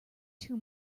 too